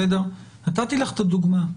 נתתי לך את הדוגמה.